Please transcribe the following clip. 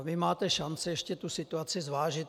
Vy máte šanci ještě tu situaci zvážit.